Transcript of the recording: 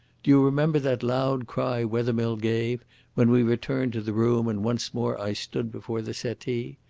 do you remember that loud cry wethermill gave when we returned to the room and once more i stood before the settee?